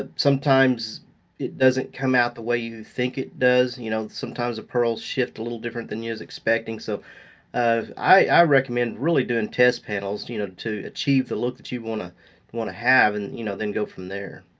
ah sometimes it doesn't come out the way you think it does. you know sometimes the pearls shift a little different than you was expecting. so i recommend really doing test panels to you know to achieve the look that you wanna wanna have, and you know then go from there.